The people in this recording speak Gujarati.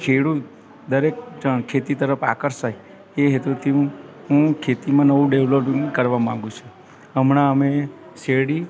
ખેડૂત દરેક જણ ખેતી તરફ આકર્ષાય એ હેતુથી હું હું ખેતીમાં નવું ડેવલોટમેન્ટ કરવા માગું છું હમણાં અમે શેરડી